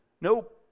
Nope